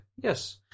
yes